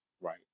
right